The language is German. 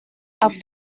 auf